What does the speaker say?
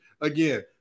again